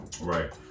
Right